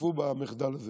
השתתפו במחדל הזה